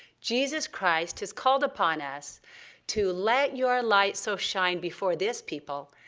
jesus christ has called upon us to let your light so shine before this people,